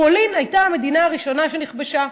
פולין הייתה המדינה הראשונה שנכבשה.